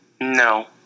no